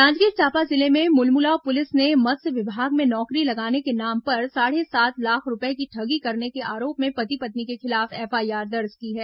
जांजगीर चांपा जिले में मुलमुला पुलिस ने मत्स्य विभाग में नौकरी लगाने के नाम पर साढ़े सात लाख रूपये की ठगी करने के आरोपी पति पत्नी के खिलाफ एफआईआर दर्ज की है